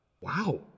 Wow